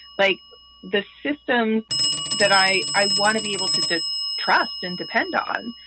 like the systems that i, i want to be able to to trust and depend on.